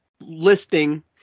listing